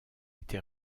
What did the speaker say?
été